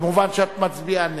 מובן שאת מצביעה נגד.